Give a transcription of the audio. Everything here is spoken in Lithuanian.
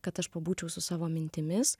kad aš pabūčiau su savo mintimis